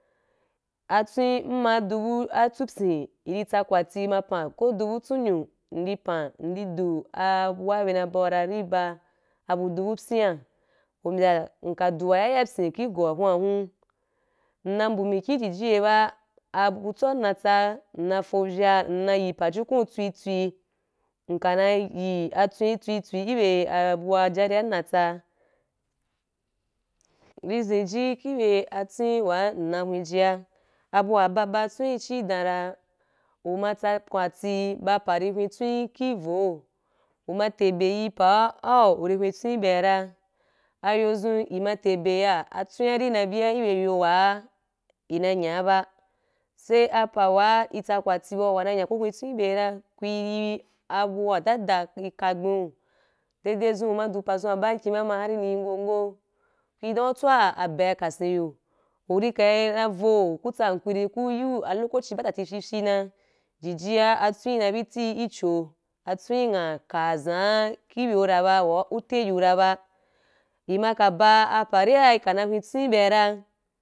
Atwen nma a dubu atwu pyi, uri tsa kwati ma pan, ku dubu atwenyi nde pan, nde du bua be na bau dan iriba abu dubu pyi ki go wa hun’a hu, nna mbu mikhi ijiji ye ba abutson nnatsa nna fovya nna ya pa-jukun atwitwi. Nka na yi atwen twitwi ibe ajarin na tsa. Nde zinji ke bya atwen wan ina hweh jiya, abu wa baba twen ci dɛn ra, uma tsa kwati bu pa ri hweh twen ki voo, uma ta be ye pa au urì hwen twen ki bya ra, ayozun, nma nde be ya, atwen ri na bya ki bya yo wa ina nya ba, sai apa wa itsa kwati bau wana nya ku hweh twen ibe ra, ku yi abu wa dada ika’ngbe, dedezu uma du pazu wa ba khi ba ma har ni ngongo, ku don utsau abe kansi yu, uri ka’a na vo, ku tsan hankuri ku yu a lokaci ba titi fyi fyi na, jiji ya atwen na biti ichu atwen hia ka zan ibe ra ba wa uta yu ra ba. Ima ka bua apari’a ika na hwen twen ibe ra.